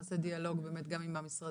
תיכף אנחנו נעשה דיאלוג באמת גם עם המשרדים.